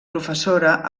professora